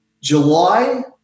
July –